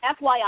FYI